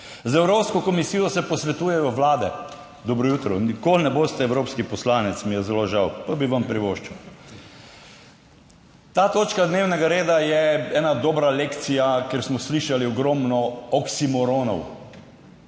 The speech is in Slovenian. Z Evropsko komisijo se posvetujejo vlade! Dobro jutro! Nikoli ne boste evropski poslanec, mi je zelo žal, pa bi vam privoščil. Ta točka dnevnega reda je ena dobra lekcija, kjer smo slišali ogromno oksimoronov.